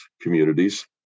communities